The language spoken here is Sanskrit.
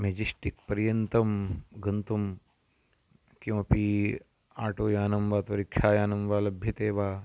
मेजेस्टिक् पर्यन्तं गन्तुं किमपि आटोयानं वा तद् रिक्षायानं वा लभ्यते वा